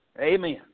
Amen